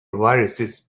viruses